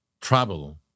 travel